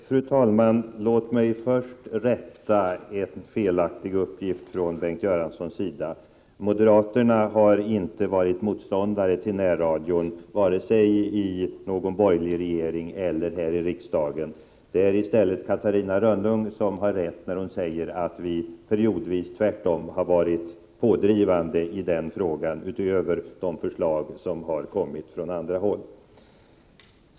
Fru talman! Låt mig först rätta en felaktig uppgift från Bengt Göranssons sida. Moderaterna har inte varit motståndare till närradion vare sig i någon borgerlig regering eller här i riksdagen. Det är i stället Catarina Rönnung som har rätt, när hon säger att vi periodvis tvärtom har varit pådrivande i den frågan utöver de förslag som kommit från andra håll.